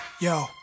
Yo